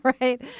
right